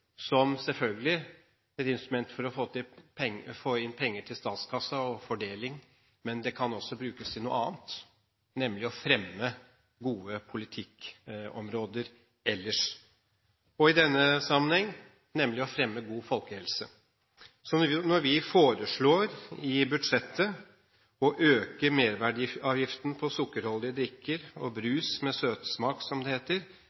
selvfølgelig – som et instrument for å få inn penger til statskassen og fordeling. Men det kan også brukes til noe annet, nemlig til å fremme gode politikkområder ellers – i denne sammenheng: god folkehelse. Når vi foreslår i budsjettet å øke merverdiavgiften på sukkerholdige drikker og brus med søtsmak, som det heter,